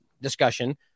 discussion